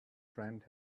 friend